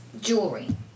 jewelry